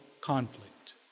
conflict